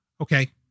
Okay